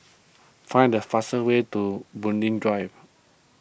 find the fast way to Bulim Drive